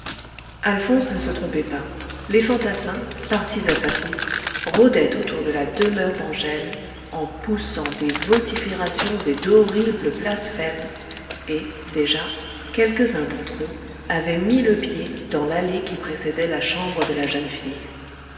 alphonse ne se trompait pas les fantassins partis à sa piste rôdaient autour de la demeure d'angèle en poussant des vociférations et d'horribles blasphèmes et déjà quelques-uns d'entr'eux avaient mis le pied dans l'allée qui précédait la chambre de la jeune fille